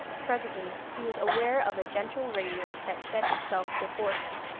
presently he was aware of a gentle radiance that shed itself before him.